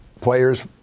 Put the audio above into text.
players